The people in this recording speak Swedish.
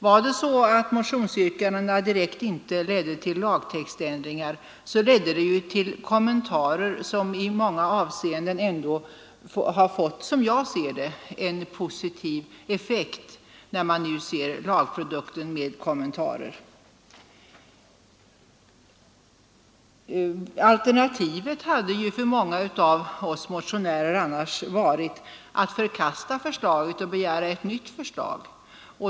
Var det så att motionsyrkandena inte direkt ledde till lagändringar, ledde de ändå till kommentarer som i många avseenden fått, såsom jag ser det, en positiv effekt, vilket visar sig när man nu ser lagprodukten med kommentarer. Alternativet hade för många av oss motionärer varit att förkasta förslaget och begära ett nytt förslag.